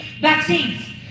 vaccines